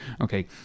Okay